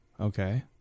Okay